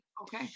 Okay